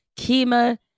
Kima